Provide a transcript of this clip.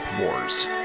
Wars